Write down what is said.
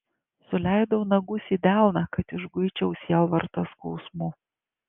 suleidau nagus į delną kad išguičiau sielvartą skausmu